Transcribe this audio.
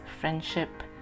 friendship